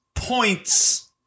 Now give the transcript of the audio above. Points